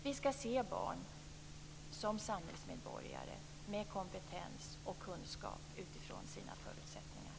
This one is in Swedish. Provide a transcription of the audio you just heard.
Vi skall se barn som samhällsmedborgare med kompetens och kunskap utifrån sina förutsättningar.